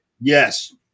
Yes